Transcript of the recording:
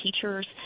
teachers